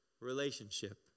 relationship